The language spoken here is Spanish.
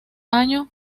año